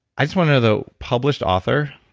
i just want to know the published author,